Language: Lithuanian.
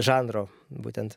žanro būtent